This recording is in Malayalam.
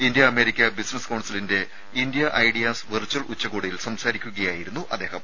ഇന്ത്യ അമേരിക്ക ബിസിനസ്സ് കൌൺസിലിന്റെ ഇന്ത്യ ഐഡിയാസ് വെർച്വൽ ഉച്ചകോടിയിൽ സംസാരിക്കുകയായിരുന്നു അദ്ദേഹം